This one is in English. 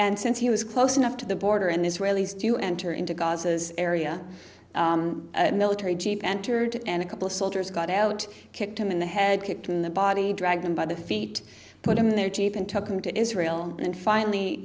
and since he was close enough to the border and israelis to enter into gaza's area military jeep entered and a couple of soldiers got out kicked him in the head kicked in the body dragged him by the feet put them in their jeep and took him to israel and finally